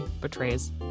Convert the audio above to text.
betrays